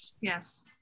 yes